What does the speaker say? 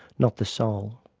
not the soul.